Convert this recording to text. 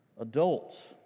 Adults